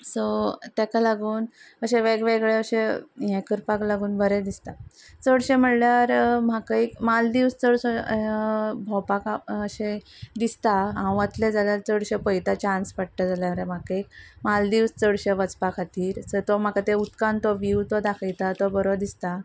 so ताका लागून अशें वेगवेगळे अशें हें करपाक लागून बरें दिसता चडशे म्हणल्यार म्हाका एक मालदीवस चडशे भोंवपाक अशें दिसता हांव वतलें जाल्यार चडशें पळयता चान्स पडटा जाल्यार म्हाका एक मालदीवस चडशे वचपा खातीर सो तो म्हाका ते उदकान तो वीव तो दाखयता तो बरो दिसता